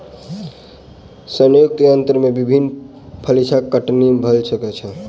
संयुक्तक यन्त्र से विभिन्न फसिलक कटनी भ सकै छै